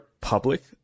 public